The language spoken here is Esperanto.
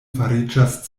fariĝas